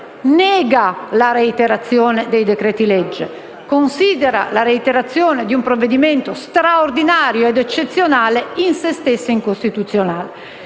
nega la reiterazione dei decreti-legge; considera la reiterazione di un provvedimento straordinario ed eccezionale in se stessa incostituzionale.